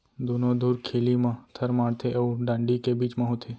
दुनो धुरखिली म थर माड़थे अउ डांड़ी के बीच म होथे